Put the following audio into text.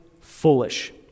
foolish